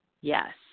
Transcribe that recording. Yes